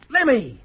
Lemmy